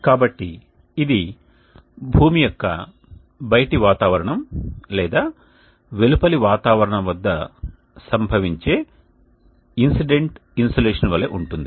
కాబట్టి ఇది భూమి యొక్క బయటి వాతావరణం లేదా వెలుపలి వాతావరణం వద్ద సంభవించే ఇన్సిడెంట్ ఇన్సోలేషన్ వలె ఉంటుంది